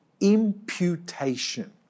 imputation